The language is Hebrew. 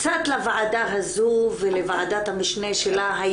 לוועדה הזו ולוועדת המשנה שלה,